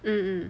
mm mm